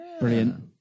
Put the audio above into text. Brilliant